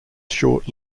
short